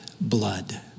blood